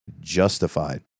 justified